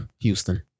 Houston